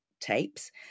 tapes